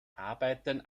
arbeiten